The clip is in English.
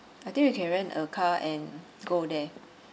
I think we can rent a car and go there